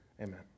Amen